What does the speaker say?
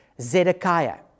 Zedekiah